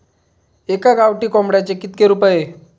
एका गावठी कोंबड्याचे कितके रुपये?